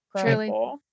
Truly